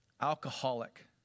alcoholic